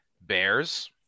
Bears